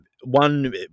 one